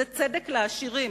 זה צדק לעשירים,